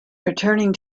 returning